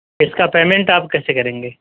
اس کا پیمنٹ آپ کیسے کریں گے